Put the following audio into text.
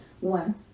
One